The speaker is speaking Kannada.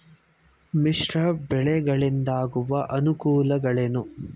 ಮಿಶ್ರ ಬೆಳೆಗಳಿಂದಾಗುವ ಅನುಕೂಲಗಳೇನು?